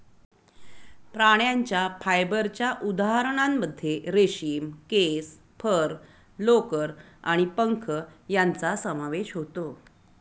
प्राण्यांच्या फायबरच्या उदाहरणांमध्ये रेशीम, केस, फर, लोकर आणि पंख यांचा समावेश होतो